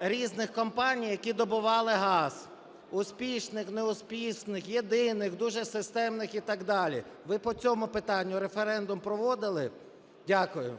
різних компаній, які добували газ, успішних, неуспішних, єдиних, дуже системних і так далі. Ви по цьому питанню референдум проводили? Дякую.